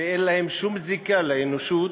שאין להם שום זיקה לאנושות,